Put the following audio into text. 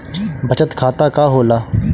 बचत खाता का होला?